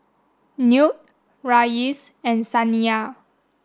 Newt Reyes and Saniyah